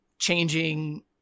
changing